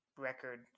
record